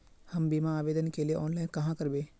हम बीमा आवेदान के लिए ऑनलाइन कहाँ करबे?